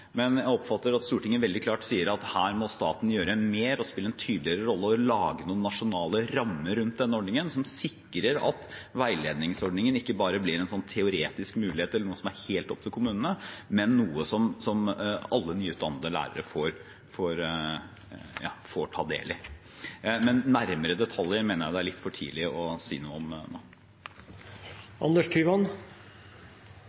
Men jeg oppfatter at Stortinget veldig klart sier at her må staten gjøre mer, spille en tydeligere rolle og lage noen nasjonale rammer rundt veiledningsordningen som sikrer at den ikke bare blir en teoretisk mulighet eller noe som er helt opp til kommunene, men noe som alle nyutdannede lærere får ta del i. Men nærmere detaljer mener jeg det er litt for tidlig å si noe om nå.